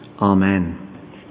Amen